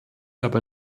aber